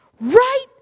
right